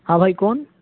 ہاں بھائی کون